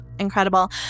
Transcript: incredible